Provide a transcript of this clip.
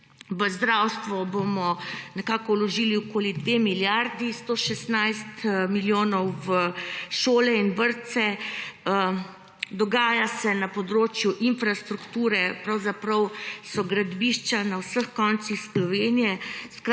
V zdravstvo bomo nekako vložili okoli 2 milijardi, 116 milijonov v šole in vrtce. Dogaja se na področju infrastrukture, pravzaprav so gradbišča na vseh koncih Slovenije.